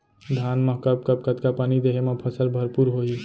धान मा कब कब कतका पानी देहे मा फसल भरपूर होही?